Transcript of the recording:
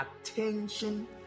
attention